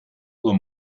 uhr